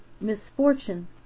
misfortune